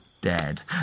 dead